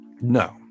No